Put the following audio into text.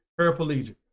paraplegic